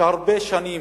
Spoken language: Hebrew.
והרבה שנים,